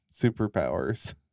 superpowers